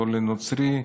לא לנוצרי,